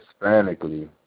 hispanically